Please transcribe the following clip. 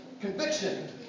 conviction